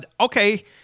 Okay